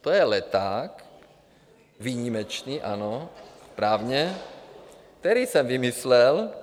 To je leták výjimečný, ano, správně, který jsem vymyslel.